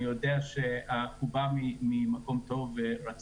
אני יודע שהוא בא ממקום טוב ורצון